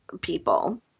people